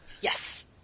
Yes